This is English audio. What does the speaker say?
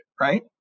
right